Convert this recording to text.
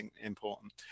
important